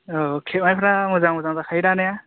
औ खेबनायफ्रा मोजां मोजां जाखायोदा ने